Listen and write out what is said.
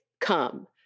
come